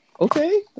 Okay